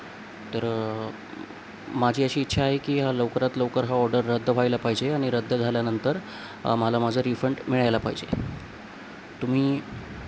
तर माझी अशी इच्छा आहे की हा लवकरात लवकर हा ऑर्डर रद्द व्हायला पाहिजे आणि रद्द झाल्यानंतर मला माझा रिफंड मिळायला पाहिजे तुम्ही